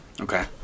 okay